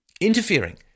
interfering